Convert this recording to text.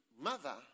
mother